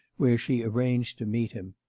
where she arranged to meet him.